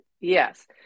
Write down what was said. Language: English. yes